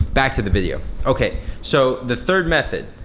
back to the video, okay. so the third method,